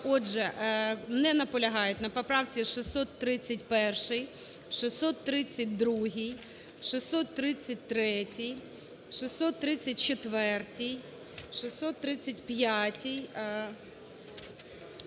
Отже, не наполягають на поправці 631, 632, 633, 634, 635,